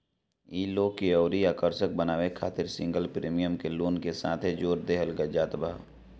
इ लोन के अउरी आकर्षक बनावे खातिर सिंगल प्रीमियम के लोन के साथे जोड़ देहल जात ह